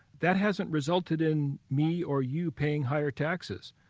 that hasn't resulted in me or you paying higher taxes.